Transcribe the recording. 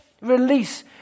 release